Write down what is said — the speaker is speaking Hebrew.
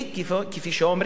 כפי שאומרים,